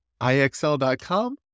IXL.com